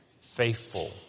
faithful